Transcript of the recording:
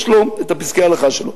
יש לו פסקי ההלכה שלו.